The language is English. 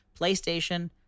PlayStation